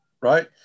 right